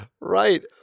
Right